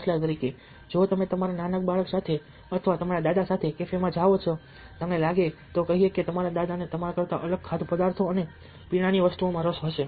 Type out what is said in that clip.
દાખલા તરીકે જો તમે તમારા નાના બાળક સાથે અથવા તમારા દાદા સાથે કેફેમાં જાઓ છો તમને લાગે તો કહીએ કે તમારા દાદાને તમારા કરતા અલગ અલગ ખાદ્યપદાર્થો અને પીણાની વસ્તુઓમાં રસ હશે